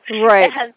right